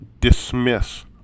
dismiss